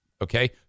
Okay